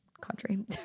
country